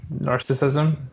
narcissism